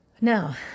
Now